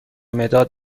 مداد